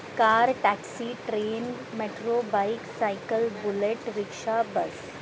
car taxi train metro bike cycle bullet rickshaw bus